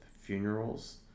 funerals